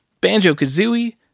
Banjo-Kazooie